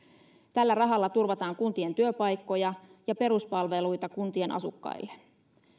tällä rahalla turvataan kuntien työpaikkoja ja peruspalveluita kuntien asukkaille